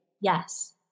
yes